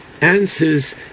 answers